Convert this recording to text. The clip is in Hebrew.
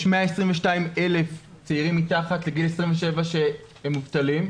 יש 122,000 צעירים מתחת לגיל 27 שהם מובטלים,